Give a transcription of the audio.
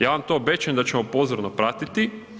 Ja vam to obećajem da ćemo pozorno pratiti.